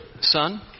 Son